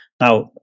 Now